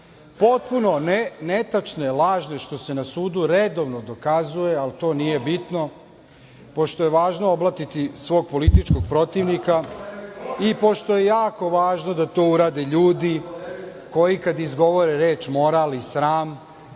Potpuno netačne, lažne, što se na sudu redovno dokazuje, ali to nije bitno, pošto je važno oblatiti svog političkog protivnika i pošto je jako važno da to urade ljudi koji kad izgovore reč "moral" i "sram",